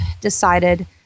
decided